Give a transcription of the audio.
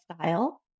style